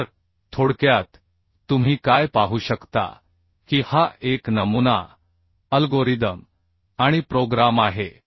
तर थोडक्यात तुम्ही काय पाहू शकता की हा एक नमुना अल्गोरिदम आणि प्रोग्राम आहे